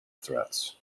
threats